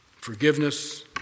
forgiveness